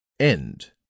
End